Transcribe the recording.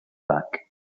back